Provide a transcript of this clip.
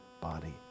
body